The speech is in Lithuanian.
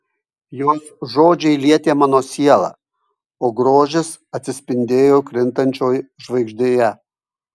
jos žodžiai lietė mano sielą o grožis atsispindėjo krintančioj žvaigždėje